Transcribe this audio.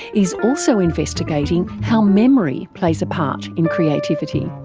is also investigating how memory plays a part in creativity.